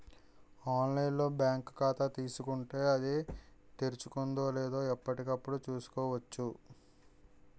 online లో bank ఖాతా తీసుకుంటే, అది తెరుచుకుందో లేదో ఎప్పటికప్పుడు చూసుకోవచ్చు